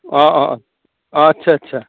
অঁ অঁ অঁ অঁ আচ্ছা আচ্ছা